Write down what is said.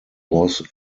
was